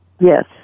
Yes